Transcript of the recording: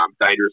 dangerous